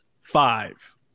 five